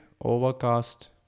Overcast